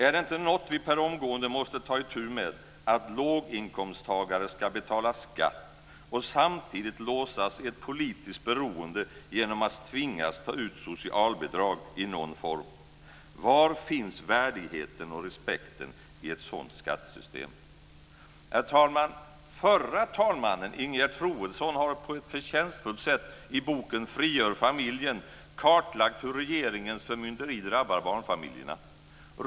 Är det inte något vi per omgående måste ta itu med, att låginkomsttagare ska betala skatt och samtidigt låsas i ett politiskt beroende genom att tvingas ta ut socialbidrag i någon form? Var finns värdigheten och respekten i ett sådant skattesystem? Herr talman! Förra talmannen Ingegerd Troedsson har på ett förtjänstfullt sätt i boken Frigör familjen kartlagt hur regeringens förmynderi drabbar barnfamiljerna.